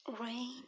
Rain